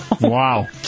Wow